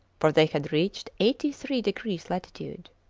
for they had reached eighty three degrees latitude.